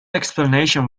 explanation